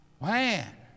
man